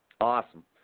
Awesome